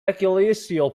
ecclesiastical